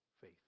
faith